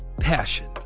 Passion